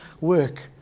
work